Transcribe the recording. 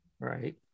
Right